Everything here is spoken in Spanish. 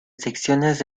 secciones